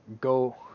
go